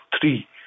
three